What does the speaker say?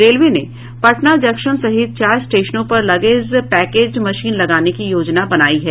railway ने Patna junction सहित चार स्टेशनों पर लगेज पैकेज मशीन लगाने की योजना बनायी है